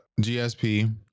GSP